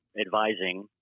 advising